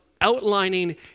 outlining